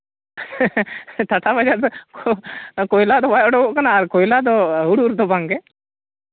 ᱴᱟᱴᱟ ᱵᱟᱡᱟᱨ ᱫᱚᱠᱚ ᱠᱚᱭᱞᱟ ᱫᱚ ᱵᱟᱭ ᱩᱰᱩᱠᱚᱜ ᱠᱟᱱᱟ ᱠᱚᱭᱞᱟ ᱫᱚ ᱦᱩᱲᱩ ᱨᱮᱫᱚ ᱵᱟᱝᱜᱮ